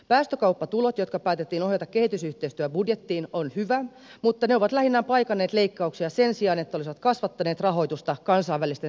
päästökauppatulot jotka päätettiin ohjata kehitysyhteistyöbudjettiin ovat hyvät mutta ne ovat lähinnä paikanneet leikkauksia sen sijaan että ne olisivat kasvattaneet rahoitusta kansainvälisten sitoumustemme mukaisesti